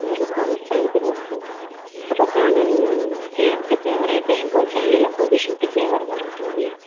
ఏదో మనఃశాంతి కోసం ఒక ఛానల్ సీఎంకి ఫేవర్ అయితే ఇంకో ఛానల్ అపోజిషన్కి ఫేవర్గా ఉంటుంది